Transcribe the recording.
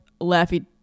Laffy